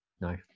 no